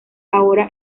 ahora